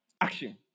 action